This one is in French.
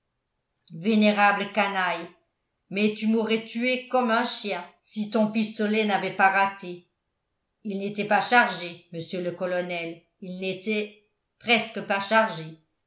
vénérable canaille mais tu m'aurais tué comme un chien si ton pistolet n'avait pas raté il n'était pas chargé monsieur le colonel il n'était presque pas chargé